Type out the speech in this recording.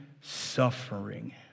suffering